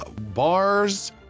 bars